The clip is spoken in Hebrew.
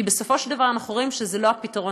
כי בסופו של דבר אנחנו רואים שזה לא הפתרון,